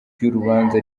ry’urubanza